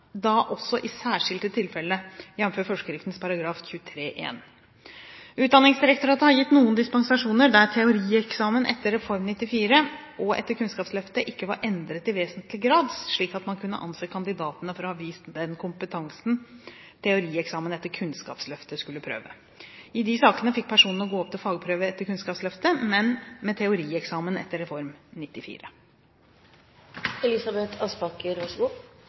etter Kunnskapsløftet ikke var endret i vesentlig grad, slik at man kunne anse kandidatene for å ha vist den kompetanse teorieksamen etter Kunnskapsløftet skulle prøve. I de sakene fikk personene gå opp til fagprøve etter Kunnskapsløftet, men med teorieksamen etter Reform